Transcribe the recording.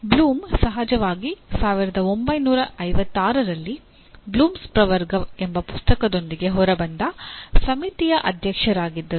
Bloom ಸಹಜವಾಗಿ 1956ರಲ್ಲಿ Bloom's ಪ್ರವರ್ಗ ಎಂಬ ಪುಸ್ತಕದೊಂದಿಗೆ ಹೊರಬಂದ ಸಮಿತಿಯ ಅಧ್ಯಕ್ಷರಾಗಿದ್ದರು